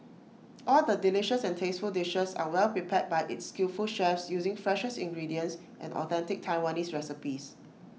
all the delicious and tasteful dishes are well prepared by its skillful chefs using freshest ingredients and authentic Taiwanese recipes